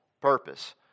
purpose